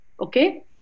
okay